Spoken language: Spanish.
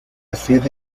sede